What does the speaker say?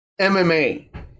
MMA